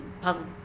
puzzle